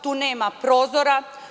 Tu nema prozora.